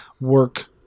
work